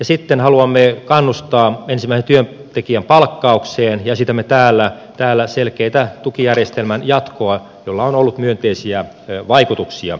sitten haluamme kannustaa ensimmäisen työntekijän palkkaukseen ja esitämme täällä selkeää tukijärjestelmän jatkoa jolla on ollut myönteisiä vaikutuksia